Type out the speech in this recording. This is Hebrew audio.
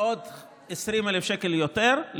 עוד 20,000 שקל יותר,